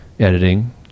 editing